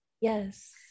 yes